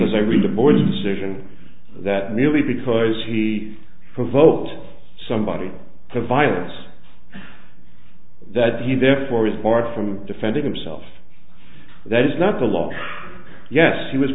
as i read the board's decision that merely because he for a vote somebody to violence that he therefore is barred from defending himself that is not the law yes he was